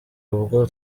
ubwo